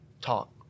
talk